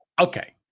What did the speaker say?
Okay